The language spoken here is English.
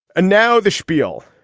ah now the spiel,